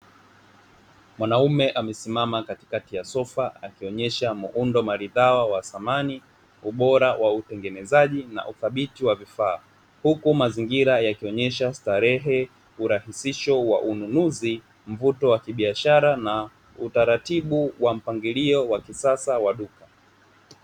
Mwanaume amesimama katikati ya sofa akionyesha muundo maridhawa wa samani, ubora wa utengenezaji na uthabiti wa vifaa huku mazingira yakionyesha starehe, urahisisho wa ununuzi, mvuto wa kibiashara na utaratibu wa mpangilio wa kisasa wa duka.